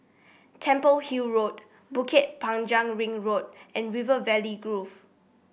Temple Hill Road Bukit Panjang Ring Road and River Valley Grove